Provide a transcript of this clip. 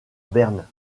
berne